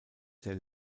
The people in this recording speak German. der